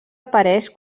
apareix